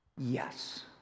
yes